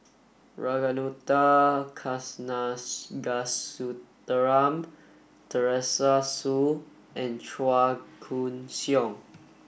Ragunathar Kanagasuntheram Teresa Hsu and Chua Koon Siong